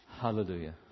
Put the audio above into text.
Hallelujah